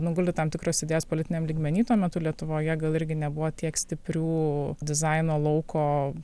nugulti tam tikros idėjos politiniam lygmeny tuo metu lietuvoje gal irgi nebuvo tiek stiprių dizaino lauko